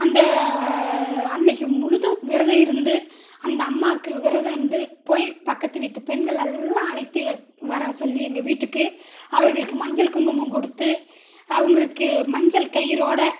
அந்த அன்றைக்கி முழுதும் விரதம் இருந்து அந்த அம்மாவுக்கு விரதம் இருந்து போய் பக்கத்து வீட்டு பெண்கள் எல்லாம் அழைத்து வர சொல்லி எங்கள் வீட்டுக்கு அவர்களுக்கு மஞ்சள் குங்குமம் கொடுத்து அவங்களுக்கு மஞ்சள் கயிறோடு